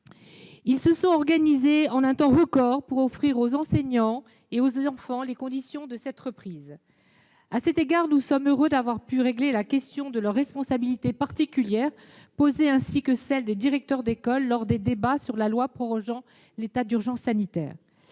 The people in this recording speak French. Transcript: se sont organisés en un temps record pour offrir aux enseignants et aux enfants les conditions de la reprise. À cet égard, nous sommes heureux d'avoir pu régler la question de leur responsabilité particulière ainsi que celle des directeurs d'école, lors des débats sur la loi du 11 mai 2020 prorogeant l'état d'urgence sanitaire